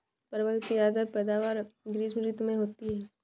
परवल की ज्यादातर पैदावार ग्रीष्म ऋतु में होती है